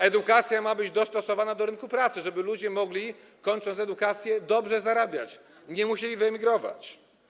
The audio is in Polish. Edukacja ma być dostosowana do rynku pracy, żeby ludzie mogli, kończąc edukację, dobrze zarabiać i by nie musieli emigrować.